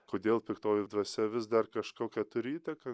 kodėl piktoji dvasia vis dar kažkokią turi įtaką